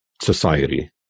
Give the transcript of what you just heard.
society